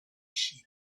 sheep